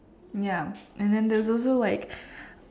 ya and then there was also like